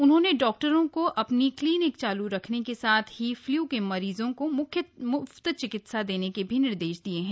उन्होंने डॉक्टरों को अपनी क्लीनिक चालू रखने के साथ ही फ्लू के मरीजों को मुफ्त चिकित्सा देने के निर्देश दिये हैं